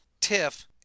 Tiff